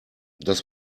das